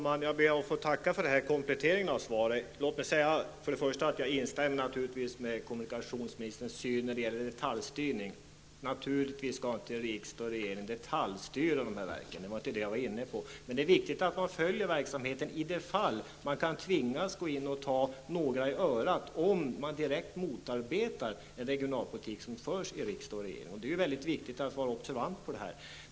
Herr talman! Jag tackar för denna komplettering av svaret. Jag delar naturligtvis kommunikationsministerns syn när det gäller detaljstyrning. Riksdag och regering skall självfallet inte detaljstyra verken. Men det är ändå viktigt att man följer verksamheten i de fall man kan tvingas att gå in och ta några i örat, om de direkt motarbetar den regionalpolitik som förs av riksdag och regering. Det är väldigt viktigt att vi är observanta på detta.